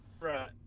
Right